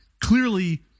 clearly